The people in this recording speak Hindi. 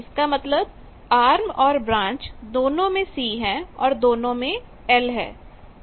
इसका मतलब आर्म और ब्रांच दोनों में C है और दोनों में L है